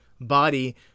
body